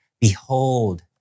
Behold